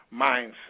mindset